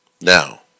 Now